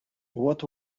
what